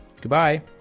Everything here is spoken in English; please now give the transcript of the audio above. Goodbye